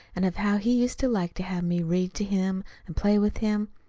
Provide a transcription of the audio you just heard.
and of how he used to like to have me read to him and play with him,